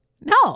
No